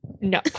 no